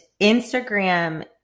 Instagram